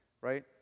Right